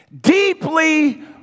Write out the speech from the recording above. Deeply